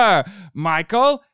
Michael